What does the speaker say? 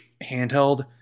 handheld